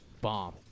bomb